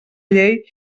llei